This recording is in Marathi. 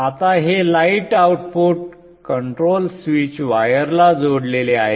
आता हे लाईट आउटपुट कंट्रोल स्विच वायरला जोडलेले आहे